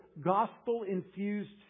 gospel-infused